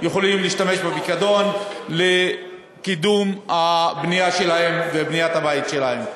להשתמש בפיקדון לקידום הבנייה שלהם ובניית הבית שלהם.